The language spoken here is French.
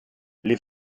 les